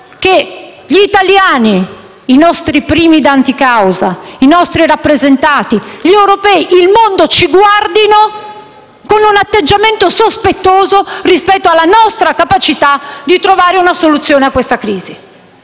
che gli italiani, i nostri primi danti causa, i nostri rappresentati, gli europei, il mondo ci guardino con un atteggiamento sospettoso rispetto alla nostra capacità di trovare una soluzione a questa crisi.